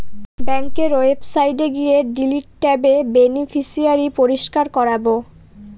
ব্যাঙ্কের ওয়েবসাইটে গিয়ে ডিলিট ট্যাবে বেনিফিশিয়ারি পরিষ্কার করাবো